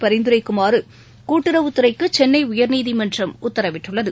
பரிந்துரைக்குமாறு கூட்டுறவுத்துறைக்கு சென்னை உயர்நீதிமன்றம் உத்தரவிட்டுள்ளது